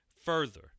further